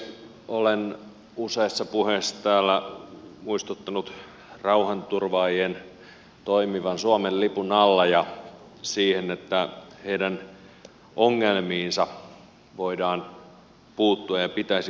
olen useissa puheissa täällä muistuttanut siitä että rauhanturvaajat toimivan suomen lipun alla ja heidän ongelmiinsa voidaan puuttua ja pitäisi puuttua